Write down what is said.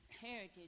heritage